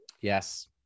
yes